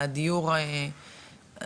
אני